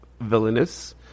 villainous